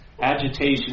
Agitation